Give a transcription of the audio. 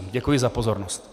Děkuji za pozornost.